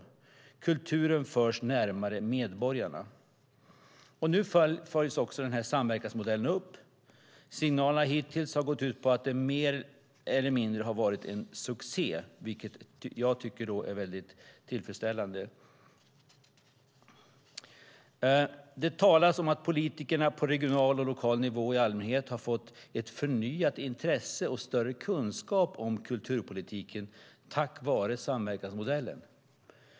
Kulturen förs närmare medborgarna. Nu följs samverkansmodellen upp. Signalerna hittills har gått ut på att den mer eller mindre har varit en succé, vilket jag tycker är väldigt tillfredsställande. Det talas om att politikerna på regional och lokal nivå i allmänhet har fått ett förnyat intresse och större kunskap om kulturpolitiken tack vare samverkansmodellen.